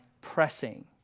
pressing